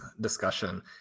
discussion